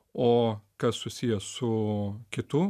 o kas susiję su kitų